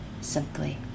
simply